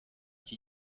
iki